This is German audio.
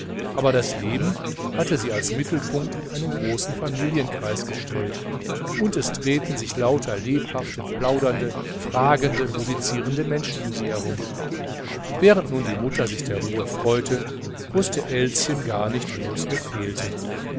aber das leben hatte sie als mittelpunkt in einen großen familienkreis gestellt und es drehten sich lauter lebhafte plaudernde fragende musizierende menschen um sie herum während nun die mutter sich der ruhe freute wußte elschen gar nicht wo es ihr fehlte